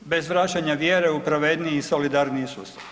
bez vraćanja vjere u pravedniji i solidarniji sustav.